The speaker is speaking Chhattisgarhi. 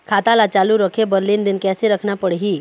खाता ला चालू रखे बर लेनदेन कैसे रखना पड़ही?